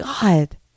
God